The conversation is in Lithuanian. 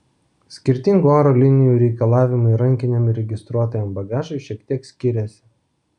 skirtingų oro linijų reikalavimai rankiniam ir registruotajam bagažui šiek tiek skiriasi